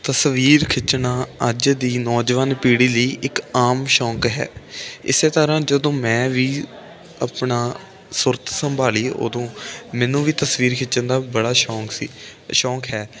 ਤਸਵੀਰ ਖਿੱਚਣਾ ਅੱਜ ਦੀ ਨੌਜਵਾਨ ਪੀੜ੍ਹੀ ਲਈ ਇੱਕ ਆਮ ਸ਼ੌਂਕ ਹੈ ਇਸੇ ਤਰ੍ਹਾਂ ਜਦੋਂ ਮੈਂ ਵੀ ਆਪਣਾ ਸੁਰਤ ਸੰਭਾਲੀ ਉਦੋਂ ਮੈਨੂੰ ਵੀ ਤਸਵੀਰ ਖਿੱਚਣ ਦਾ ਬੜਾ ਸ਼ੌਂਕ ਸੀ ਸ਼ੌਂਕ ਹੈ